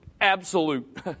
absolute